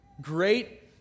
great